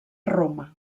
roma